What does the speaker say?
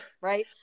Right